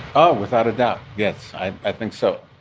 oh, without a doubt. yes, i think so.